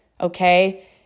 okay